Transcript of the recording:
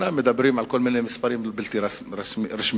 אומנם מדברים על כל מיני מספרים בלתי רשמיים.